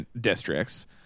districts